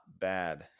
bad